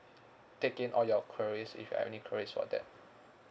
take in all your queries if you have any queries for that